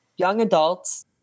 youngadults